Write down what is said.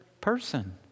person